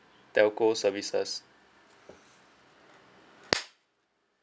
telco services